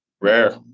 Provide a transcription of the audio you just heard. Rare